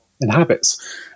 inhabits